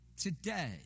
today